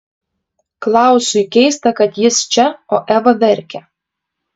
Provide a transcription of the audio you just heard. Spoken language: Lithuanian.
klausui keista kad jis čia o eva verkia